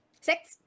Six